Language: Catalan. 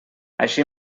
així